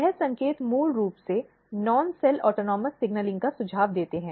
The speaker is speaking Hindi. यह संकेत मूल रूप से नॉन सेल ऑटोनॉमस सिग्नलिंग का सुझाव देते हैं